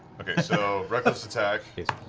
okay, so, reckless attack.